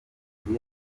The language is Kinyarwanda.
yarwo